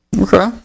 okay